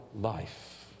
life